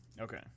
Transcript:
Okay